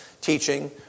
teaching